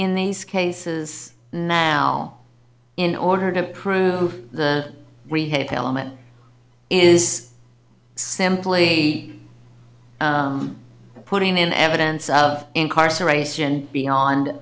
in these cases now in order to prove the we have element is simply putting in evidence of incarceration beyond